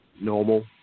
normal